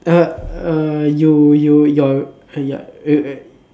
err you you your ya uh